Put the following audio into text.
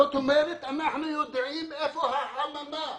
זאת אומרת שאנחנו יודעים איפה החממה.